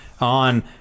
on